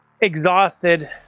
Exhausted